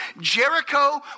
Jericho